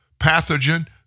pathogen